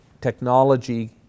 Technology